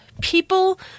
People